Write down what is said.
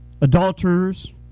adulterers